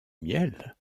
miel